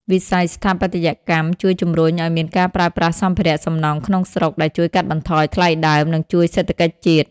វិស័យស្ថាបត្យកម្មជួយជម្រុញឱ្យមានការប្រើប្រាស់សម្ភារៈសំណង់ក្នុងស្រុក ដែលជួយកាត់បន្ថយថ្លៃដើម និងជួយសេដ្ឋកិច្ចជាតិ។